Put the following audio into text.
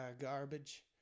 Garbage